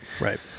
Right